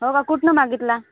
हो का कुठनं मागितला